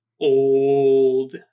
old